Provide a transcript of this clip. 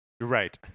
Right